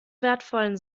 wertvollen